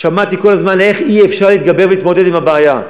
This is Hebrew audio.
שמעתי כל הזמן איך אי-אפשר להתגבר ולהתמודד עם הבעיה.